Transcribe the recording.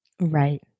Right